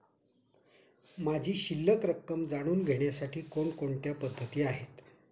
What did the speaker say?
माझी शिल्लक रक्कम जाणून घेण्यासाठी कोणकोणत्या पद्धती आहेत?